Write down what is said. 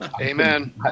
Amen